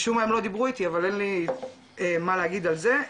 משום מה הם לא דיברו איתי אבל אין לי מה להגיד על זה,